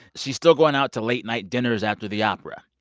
she's still going out to late-night dinners after the opera.